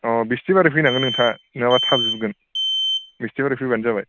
अ बिस्थिबारै फैनांगोन नोंथाङा नङाबा थाब जोबगोन बिस्थिबारै फैबानो जाबाय